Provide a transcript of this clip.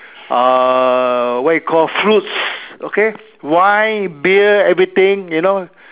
uh what you call fruits okay wine beer everything you know